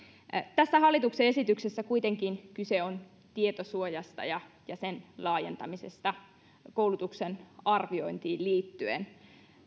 tässä hallituksen esityksessä kuitenkin kyse on tietosuojasta ja ja sen laajentamisesta koulutuksen arviointiin liittyen